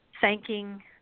thanking